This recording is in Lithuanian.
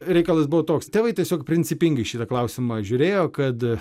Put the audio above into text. reikalas buvo toks tėvai tiesiog principingai į šitą klausimą žiūrėjo kad